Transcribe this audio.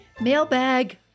Mailbag